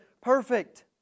perfect